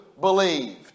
believed